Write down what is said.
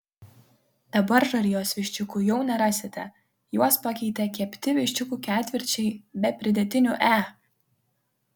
dabar žarijos viščiukų jau nerasite juos pakeitė kepti viščiukų ketvirčiai be pridėtinių e